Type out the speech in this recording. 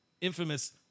infamous